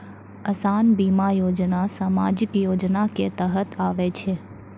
असान बीमा योजना समाजिक योजना के तहत आवै छै